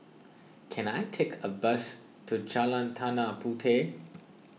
can I take a bus to Jalan Tanah Puteh